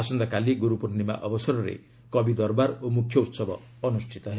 ଆସନ୍ତାକାଲି ଗୁରୁପୂର୍ଣ୍ଣିମା ଅବସରରେ କବି ଦରବାର ଓ ମୁଖ୍ୟ ଉତ୍ସବ ଅନୁଷ୍ଠିତ ହେବ